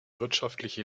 wirtschaftliche